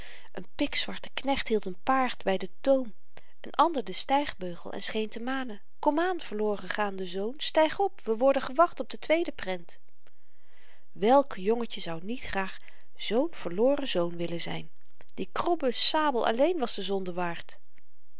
n pikzwarte knecht hield n paard by den toom n ander den stygbeugel en scheen te manen komaan verloren gaande zoon styg op we worden gewacht op de tweede prent welk jongetje zou niet graag zoo'n verloren zoon willen zyn die kromme sabel alleen was de zonde waard